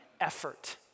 effort